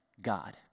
God